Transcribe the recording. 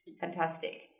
Fantastic